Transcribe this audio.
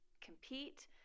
compete